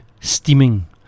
steaming